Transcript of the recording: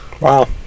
Wow